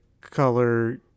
color